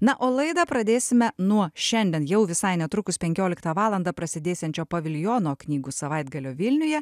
na o laidą pradėsime nuo šiandien jau visai netrukus penkioliktą valandą prasidėsiančio paviljono knygų savaitgalio vilniuje